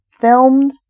filmed